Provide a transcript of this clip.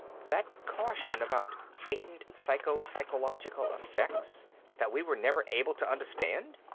that caution about heightened psycho-physiological effects that we were never able to understand!